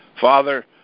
Father